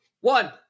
one